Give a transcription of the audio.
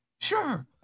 Sure